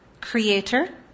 creator